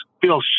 feel